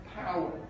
power